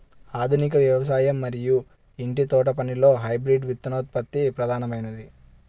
ఆధునిక వ్యవసాయం మరియు ఇంటి తోటపనిలో హైబ్రిడ్ విత్తనోత్పత్తి ప్రధానమైనది